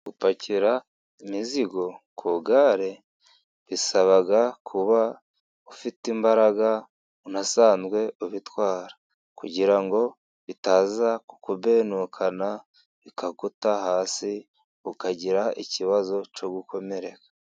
Gupakira imizigo ku igare, bisaba kuba ufite imbaraga, unasanzwe ubitwara. Kugira ngo bitaza kukubenukana bikaguta hasi, ukagira ikibazo cyo gukomerereka.